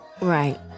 Right